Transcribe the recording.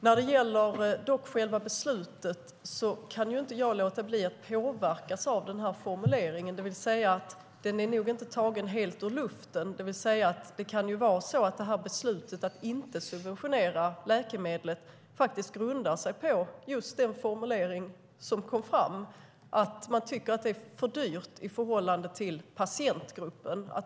När det gäller själva beslutet kan jag inte låta bli att påverkas av denna formulering, det vill säga att den nog inte är tagen helt ur luften. Det kan ju vara så att detta beslut att inte subventionera läkemedlet faktiskt grundar sig på just den formulering som kom fram och att man tycker att det är för dyrt i förhållande till patientgruppen.